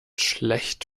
schlecht